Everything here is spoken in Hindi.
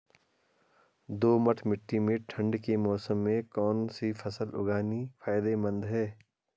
दोमट्ट मिट्टी में ठंड के मौसम में कौन सी फसल उगानी फायदेमंद है?